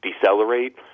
decelerate